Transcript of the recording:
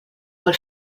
vol